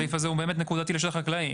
הסעיף הזה הוא אכן נקודתי לשטח חקלאי.